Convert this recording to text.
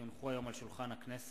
כי הונחו היום על שולחן הכנסת,